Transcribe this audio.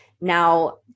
now